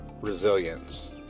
resilience